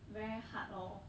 very hard lor